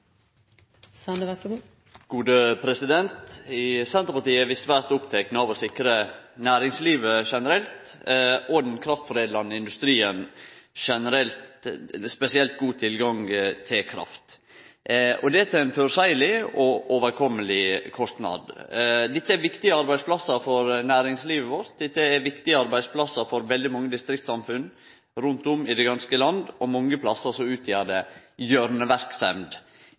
opptekne av å sikre næringslivet generelt – og den kraftforedlande industrien spesielt – god tilgang på kraft, og det til føreseielege og overkomelege kostnader. Dette er viktige arbeidsplassar for næringslivet vårt. Dette er viktige arbeidsplassar for veldig mange distriktssamfunn rundt om i det ganske land, og mange plassar utgjer det